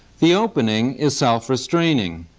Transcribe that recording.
the opening is self-restraining.